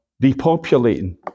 depopulating